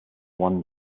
one